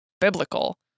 biblical